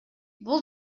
бул